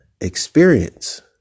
Experience